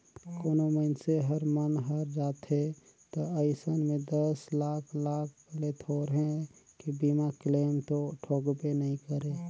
कोनो मइनसे हर मन हर जाथे त अइसन में दस लाख लाख ले थोरहें के बीमा क्लेम तो ठोकबे नई करे